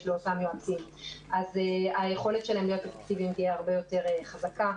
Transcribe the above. לאותם יועצים אז היכולת שלהם להיות אפקטיביים תהיה הרבה יותר חזקה.